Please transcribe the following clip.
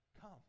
come